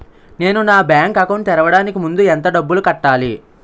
నేను నా bank account తెరవడానికి ముందు ఎంత డబ్బులు కట్టాలి?